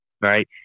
Right